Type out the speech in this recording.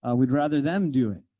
ah we'd rather them do it.